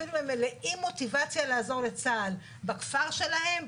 אפילו הם מלאים מוטיבציה לעזור לצה"ל בכפר שלהם,